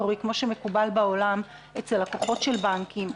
כמו שמקובל בעולם אצל לקוחות של בנקים,